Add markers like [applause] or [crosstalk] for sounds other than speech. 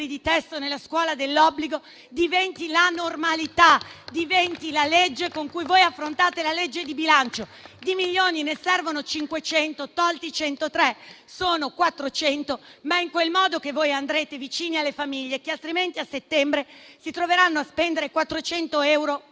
di testo nella scuola dell'obbligo diventi la normalità, diventi la legge con cui affrontate la legge di bilancio. [applause] Di milioni ne servono 500, tolti 103 sono circa 400, ma è in quel modo che voi andrete incontro alle famiglie che altrimenti a settembre si troveranno a spendere 400 euro